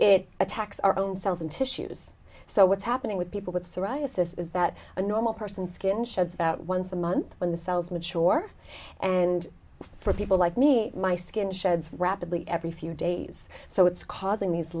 it attacks our own cells and tissues so what's happening with people with psoriasis is that a normal person skin sheds about once a month when the cells mature and for people like me my skin sheds rapidly every few days so it's causing these